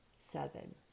seven